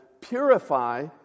purify